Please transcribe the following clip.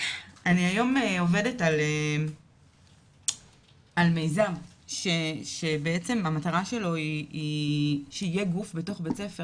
אני היום עובדת על מיזם שבעצם המטרה שלו היא שיהיה גוף בתוך בית ספר.